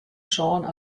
sân